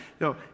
No